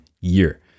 year